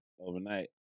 overnight